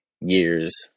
years